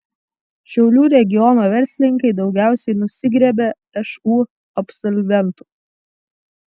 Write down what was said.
šiaulių regiono verslininkai daugiausiai nusigriebia šu absolventų